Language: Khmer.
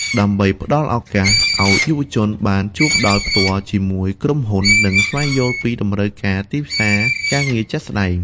ដើម្បីផ្តល់ឱកាសឱ្យយុវជនបានជួបដោយផ្ទាល់ជាមួយក្រុមហ៊ុន និងស្វែងយល់ពីតម្រូវការទីផ្សារការងារជាក់ស្តែង។